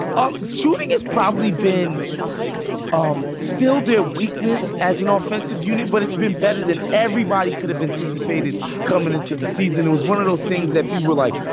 um shooting has probably been um still their weakness as an offensive unit, but it's been better than everybody could have anticipated coming into the season. it was one of those things that people like,